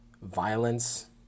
violence